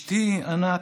אשתי ענת,